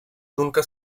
nunca